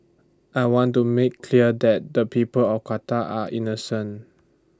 I want to make clear that the people of Qatar are innocent